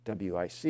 WIC